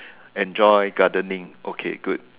enjoy gardening okay good